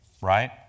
Right